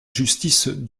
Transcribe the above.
justice